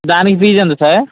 దానికి ఫీజు ఎంత సార్